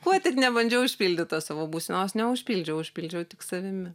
kuo tik nebandžiau užpildyt tos savo būsenos neužpildžiau užpildžiau tik savimi